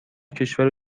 کشور